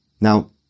Now